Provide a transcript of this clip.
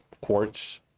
quartz